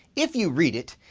if you read it,